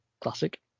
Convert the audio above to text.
classic